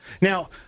Now